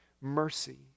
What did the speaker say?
mercy